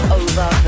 over